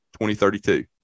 2032